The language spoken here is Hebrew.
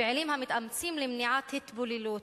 פעילים המתאמצים למניעת התבוללות,